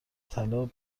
طلا